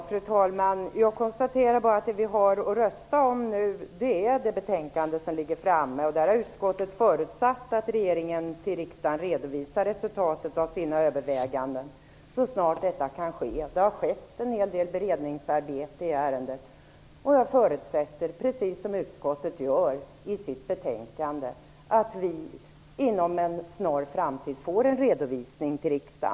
Fru talman! Jag konstaterar bara att vad vi nu har att rösta om är det betänkande som ligger på våra bord. Utskottet har där förutsagt att regeringen till riksdagen redovisar resultatet av sina överväganden så snart detta kan ske. Det har skett en hel del beredningsarbete i ärendet, och jag förutsätter - precis som utskottet gör i betänkandet - att vi i riksdagen inom en snar framtid får en redovisning.